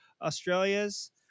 Australias